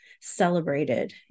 celebrated